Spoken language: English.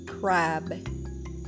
Crab